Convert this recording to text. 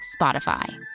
Spotify